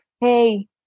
hey